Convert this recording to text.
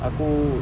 aku